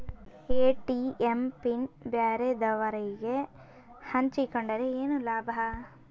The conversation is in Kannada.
ಎ.ಟಿ.ಎಂ ಪಿನ್ ಬ್ಯಾರೆದವರಗೆ ಹಂಚಿಕೊಂಡರೆ ಏನು ಲಾಭ?